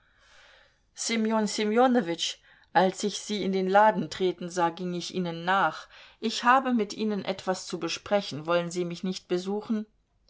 ssemjonowitsch als ich sie in den laden treten sah ging ich ihnen nach ich habe mit ihnen etwas zu besprechen wollen sie mich nicht besuchen